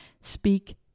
speak